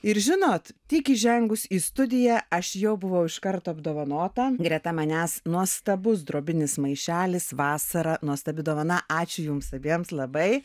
ir žinot tik įžengus į studiją aš jau buvau iš karto apdovanota greta manęs nuostabus drobinis maišelis vasara nuostabi dovana ačiū jums abiems labai